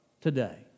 today